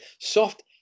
soft